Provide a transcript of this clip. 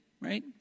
right